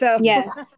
Yes